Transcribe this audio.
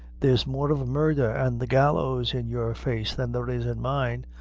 there's more of murdher an' the gallows in your face than there is in mine.